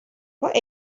what